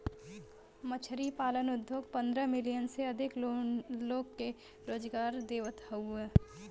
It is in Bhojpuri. मछरी पालन उद्योग पंद्रह मिलियन से अधिक लोग के रोजगार देवत हउवन